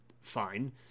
Fine